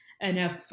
enough